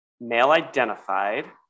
male-identified